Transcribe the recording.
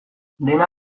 dena